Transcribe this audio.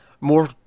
more